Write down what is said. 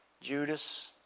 Judas